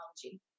technology